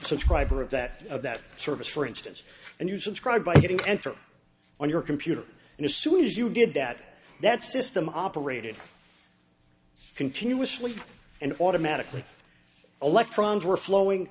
subscriber of that of that service for instance and you subscribe by hitting enter on your computer and as soon as you did that that system operated continuously and automatically electrons were